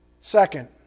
Second